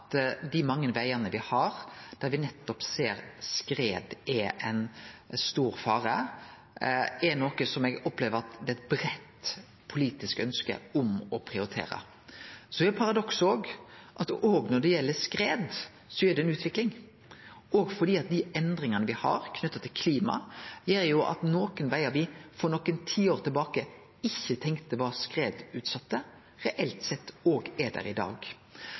dei mange vegane me har, der me ser at skred er ein stor fare, opplever eg at det er eit breitt politisk ønske om å prioritere. Så er paradokset at også når det gjeld skred, er det ei utvikling. Dei endringane som er knytte til klima, gjer at nokre vegar me for nokre tiår tilbake ikkje tenkte var skredutsette, reelt sett er det i dag.